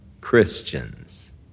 Christians